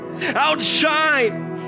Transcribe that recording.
outshine